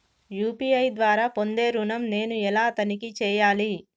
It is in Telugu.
యూ.పీ.ఐ ద్వారా పొందే ఋణం నేను ఎలా తనిఖీ చేయాలి?